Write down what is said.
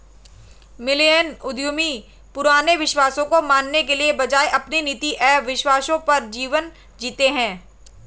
millennial उद्यमी पुराने विश्वासों को मानने के बजाय अपने नीति एंव विश्वासों पर जीवन जीते हैं